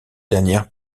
dernière